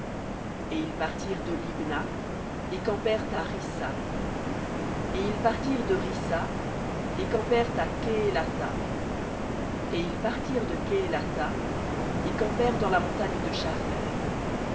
et ils partirent de libna et campèrent à ris et ils partirent de rissa et campèrent à ke la ta et ils partirent de kehélatha et campèrent dans la montagne de